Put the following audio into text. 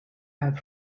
have